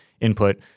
input